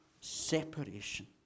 separation